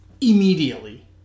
immediately